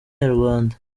nyarwanda